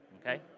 okay